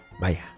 Bye